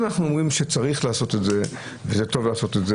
אם אנחנו אומרים שצריך לעשות את זה וטוב לעשות את זה,